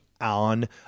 on